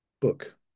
book